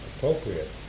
Appropriate